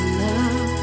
love